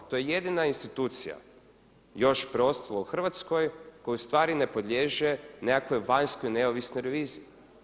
To je jedina institucija još preostala u Hrvatskoj u kojoj stvari ne podliježu nekakvoj vanjskoj, neovisnoj reviziji.